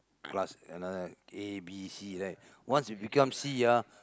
plus another A B C right once you become C ah